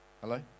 Hello